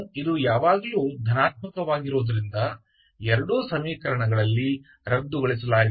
ಇದು ಯಾವಾಗಲೂ ಧನಾತ್ಮಕವಾಗಿರುವುದರಿಂದ ಎರಡೂ ಸಮೀಕರಣಗಳಲ್ಲಿ ರದ್ದುಗೊಳಿಸಲಾಗಿದೆ